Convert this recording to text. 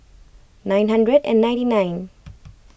nine hundred and ninety nine